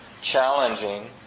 challenging